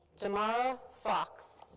tamara fox.